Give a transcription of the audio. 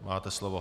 Máte slovo.